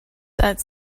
that